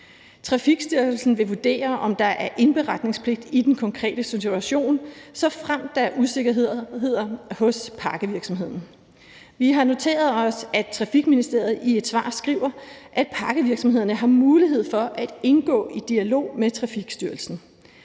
Trafikstyrelsen vil vurdere, om der er indberetningspligt i den konkrete situation, såfremt der er usikkerheder hos pakkevirksomheden. Vi har noteret os, at Trafikministeriet i et svar skriver, at pakkevirksomhederne har mulighed for at indgå i dialog med Trafikstyrelsen.